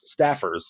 staffers